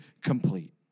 complete